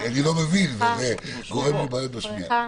הבריכה